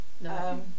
No